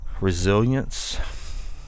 resilience